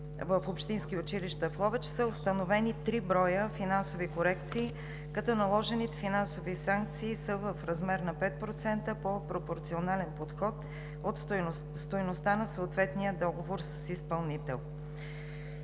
в общински училища в Ловеч“ са установени три броя финансови корекции, като наложените финансови санкции са в размер на 5% по пропорционален подход от стойността на съответния договор с изпълнител.